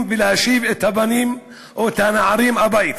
ולהשיב את הבנים או את הנערים הביתה.